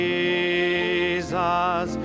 Jesus